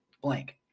blank